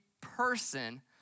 person